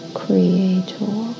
creator